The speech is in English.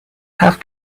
have